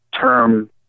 term